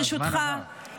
ברשותך,